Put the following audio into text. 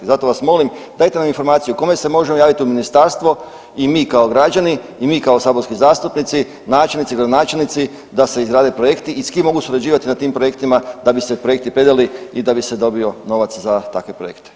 I zato vam molim dajte nam informaciju kome se možemo javiti u ministarstvo i mi kao građani i mi kao saborski zastupnici, načelnici, gradonačelnici da se izrade projekti i s kim mogu surađivati na tim projektima da bi se projekti predali i da bi se dobio novac za takve projekte.